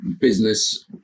business